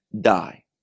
die